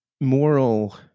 moral